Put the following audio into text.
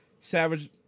Savage